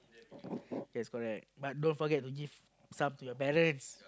yes correct but don't forget to give some to your parents